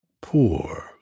Poor